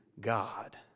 God